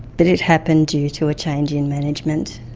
but it happened due to a change in management,